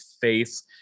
face